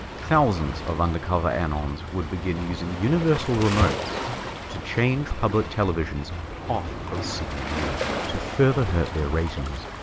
thousands of undercover anons would begin using universal remotes to change public televisions off of cnn to further hurt their ratings